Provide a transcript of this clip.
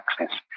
access